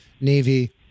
Navy